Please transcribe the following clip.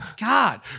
God